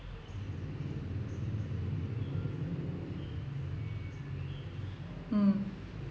hmm